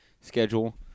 schedule